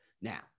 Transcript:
now